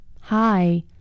hi